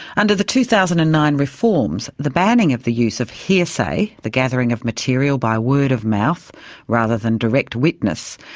under the two thousand and nine reforms, the banning of the use of hearsay, the gathering of material by word of mouth rather than direct witness,